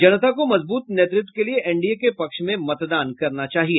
जनता को मजबूत नेतृत्व के लिए एनडीए के पक्ष में मतदान करना चाहिए